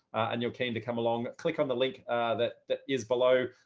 and you're keen to come along, click on the link that that is below.